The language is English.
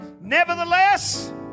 nevertheless